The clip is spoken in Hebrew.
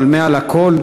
אבל מעל הכול,